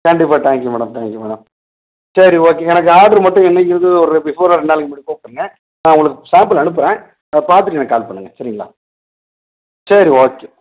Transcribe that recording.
கண்டிப்பாக thank you madam thank you madam சரி okay எனக்கு ஆட்ரு மட்டும் என்னைக்குங்கிறது ஒரு பிஃபோராக ரெண்டு நாளைக்கு முன்னாடி கூப்பிட்ருங்க நான் உங்களுக்கு சாம்ப்புள் அனுப்புகிறேன் அதைப் பார்த்துட்டு எனக்கு கால் பண்ணுங்கள் சரிங்களா சரி ஓகே